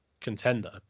contender